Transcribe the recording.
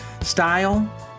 style